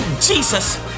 Jesus